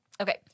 Okay